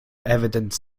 evidenced